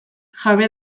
jabe